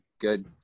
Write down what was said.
good